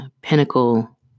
pinnacle